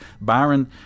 Byron